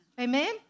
Amen